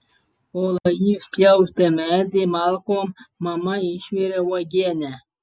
kol jis pjaustė medį malkom mama išvirė uogienę